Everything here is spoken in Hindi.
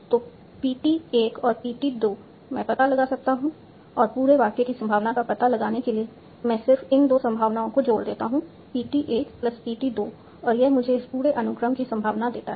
तो P t 1 और P t 2 मैं पता लगा सकता हूं और पूरे वाक्य की संभावना का पता लगाने के लिए मैं सिर्फ इन दो संभावनाओं को जोड़ देता हूं P t 1 P t 2 और यह मुझे इस पूरे अनुक्रम की संभावना देता है